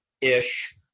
ish